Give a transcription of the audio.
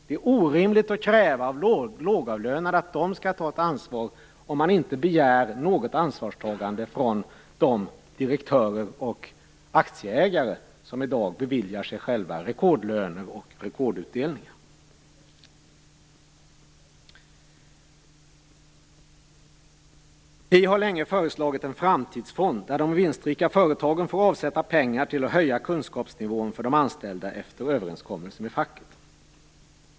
Det är orimligt att kräva av lågavlönade att de skall ta ett ansvar om man inte begär något ansvarstagande från de direktörer och aktieägare som i dag beviljar sig själva rekordlöner och rekordutdelningar. Vi har länge föreslagit en framtidsfond där de vinstrika företagen får avsätta pengar till att höja kunskapsnivån för de anställda efter överenskommelser med facket.